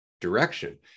direction